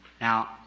Now